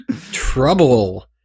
Trouble